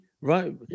Right